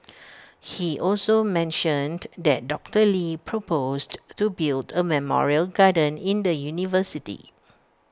he also mentioned that doctor lee proposed to build A memorial garden in the university